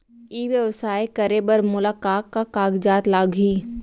ई व्यवसाय करे बर मोला का का कागजात लागही?